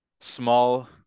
small